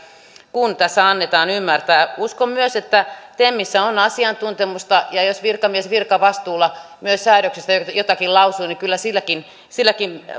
kuin tässä annetaan ymmärtää uskon myös että temissä on asiantuntemusta ja jos virkamies virkavastuulla myös säädöksistä jotakin lausuu niin kyllä silläkin silläkin